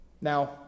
Now